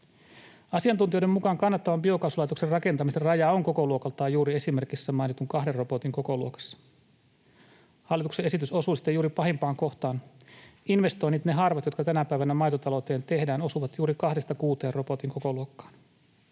Asiantuntijoiden mukaan kannattavan biokaasulaitoksen rakentamisen raja on kokoluokaltaan juuri esimerkissä mainitun kahden robotin kokoluokassa. Hallituksen esitys osuu juuri pahimpaan kohtaan sitä. Investoinnit, ne harvat, jotka tänä päivänä maitotalouteen tehdään, osuvat juuri 2—6 robotin kokoluokkaan.